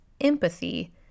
empathy